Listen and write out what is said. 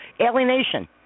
Alienation